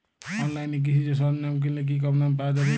অনলাইনে কৃষিজ সরজ্ঞাম কিনলে কি কমদামে পাওয়া যাবে?